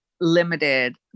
limited